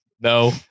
No